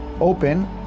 open